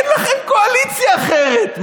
אין לכם קואליציה אחרת.